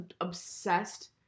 obsessed